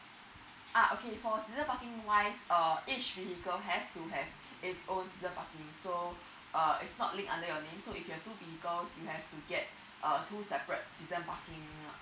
uh okay for season parking wise um each vehicle has to have its own season parking so uh it's not link under your name so if you have two vehicles you have to get uh two separate season parking